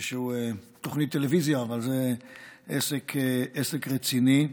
איזושהי תוכנית טלוויזיה, אבל עסק רציני,